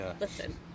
listen